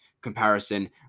comparison